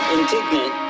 Indignant